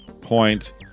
point